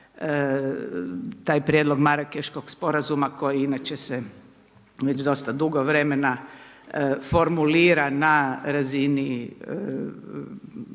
taj prijedlog Marakeškog sporazuma koji inače se već dosta dugo vremena formulira na razini